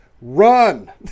run